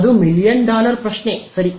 ಅದು million dollar ಪ್ರಶ್ನೆ ಸರಿ